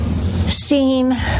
seen